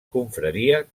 confraria